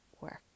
work